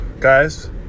guys